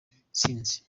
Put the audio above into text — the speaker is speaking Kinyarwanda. intsinzi